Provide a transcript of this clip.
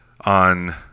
on